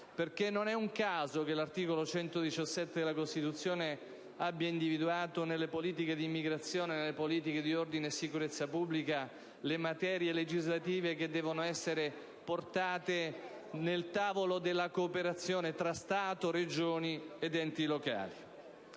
non è un caso che l'articolo 117 della Costituzione abbia individuato nelle politiche di immigrazione, e in quelle di ordine e sicurezza pubblica le materie legislative che devono essere presentate al tavolo della cooperazione tra Stato, Regioni ed enti locali.